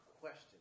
question